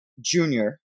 junior